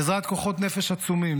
בעזרת כוחות נפש עצומים,